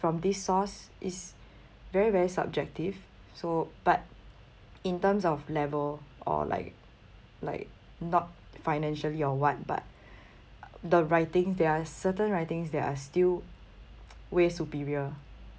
from this source it's very very subjective so but in terms of level or like like not financially or what but the writing there are certain writings that are still way superior